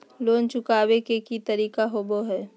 Loan चुकाबे के की तरीका होबो हइ?